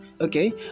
Okay